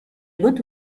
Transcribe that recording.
good